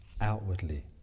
outwardly